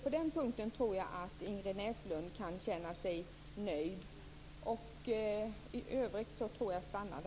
På den punkten tror jag alltså att Ingrid Näslund kan känna sig nöjd.